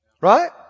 right